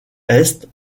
est